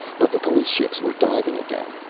but the police ships were diving again.